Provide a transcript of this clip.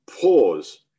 pause